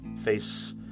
face